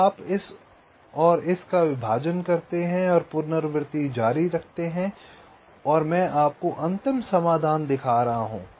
फिर आप इस और इस का विभाजन करते हैं और पुनरावृत्ति जारी रखते हैं और मैं आपको अंतिम समाधान दिखा रहा हूं